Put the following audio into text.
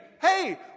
hey